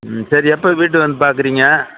ம் சரி எப்போ வீட்டுக்கு வந்து பார்க்குறீங்க